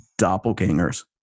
Doppelgangers